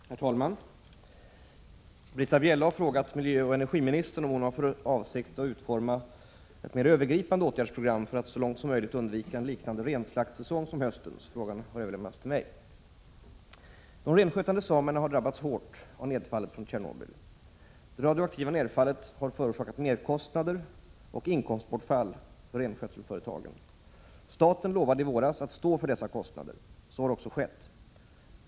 Herr talman! Britta Bjelle har frågat miljöoch energiministern om hon har för avsikt att utforma ett mera övergripande åtgärdsprogram för att så långt som möjligt undvika en liknande renslaktsäsong som höstens. Frågan har överlämnats till mig. De renskötande samerna har drabbats hårt av nedfallet från Tjernobyl. Det radioaktiva nedfallet har förorsakat merkostnader och inkomstbortfall för renskötselföretagen. Staten lovade i våras att stå för dessa kostnader. Så har också skett.